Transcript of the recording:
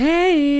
Hey